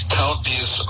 counties